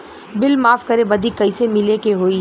Bill माफ करे बदी कैसे मिले के होई?